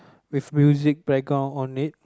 with music background on it